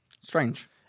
Strange